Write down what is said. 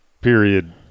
Period